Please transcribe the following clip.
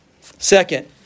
Second